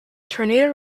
tornado